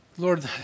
Lord